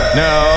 no